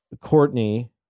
Courtney